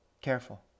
Careful